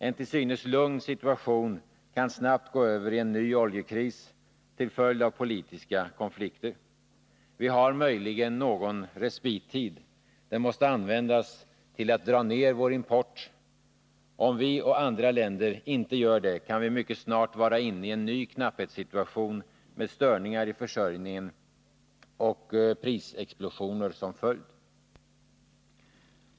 En till synes lugn situation kan snabbt gå över i en ny oljekris till följd av politiska konflikter. Vi har möjligen någon respittid. Den måste användas till att dra ner importen. Om vi och andra länder inte gör det, kan vi mycket snart vara inne i en ny knapphetssituation med störningar i försörjningen och prisexplosioner som följd.